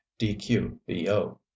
dqbo